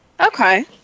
Okay